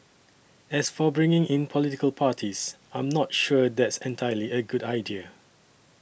as for bringing in political parties I'm not sure that's entirely a good idea